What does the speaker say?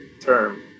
term